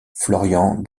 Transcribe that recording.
florian